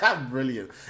Brilliant